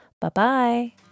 Bye-bye